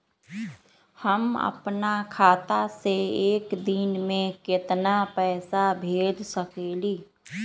हम अपना खाता से एक दिन में केतना पैसा भेज सकेली?